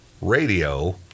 radio